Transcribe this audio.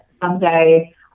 someday